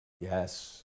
Yes